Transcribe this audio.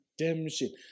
redemption